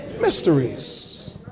mysteries